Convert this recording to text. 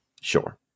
Sure